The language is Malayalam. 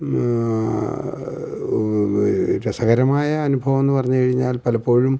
രസകരമായ അനുഭവമെന്ന് പറഞ്ഞു കഴിഞ്ഞാൽ പലപ്പോഴും